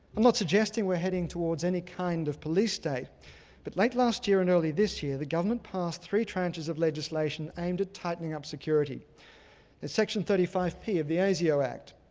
i'm not suggesting we're heading towards any kind of police state but late last year and early this year the government passed three tranches of legislation aimed at tightening up security. the section thirty five p of the asio act,